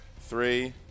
Three